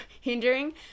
hindering